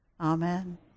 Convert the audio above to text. Amen